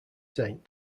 saint